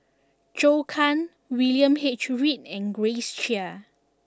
Zhou Can William H Read and Grace Chia